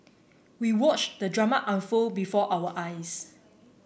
we watched the drama unfold before our eyes